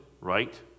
right